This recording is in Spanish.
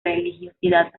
religiosidad